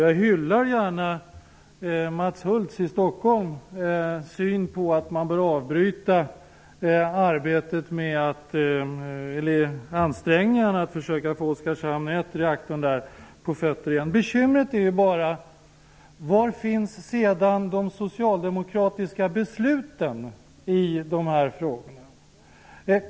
Jag hyllar gärna Mats Hults i Stockholm syn på att man bör avbryta ansträngningarna att få reaktor 1 i Oskarshamn i gång igen. Bekymret är: Var finns sedan de socialdemokratiska besluten i dessa frågor?